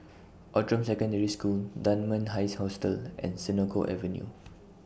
Outram Secondary School Dunman High Hostel and Senoko Avenue